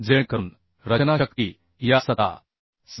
जेणेकरून रचना शक्ती या 17